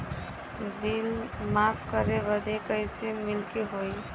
Bill माफ करे बदी कैसे मिले के होई?